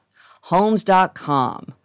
Homes.com